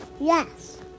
Yes